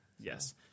Yes